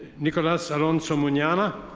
nicolas alonzo muniana.